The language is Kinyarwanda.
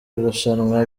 rushanwa